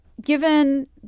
given